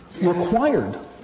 required